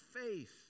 faith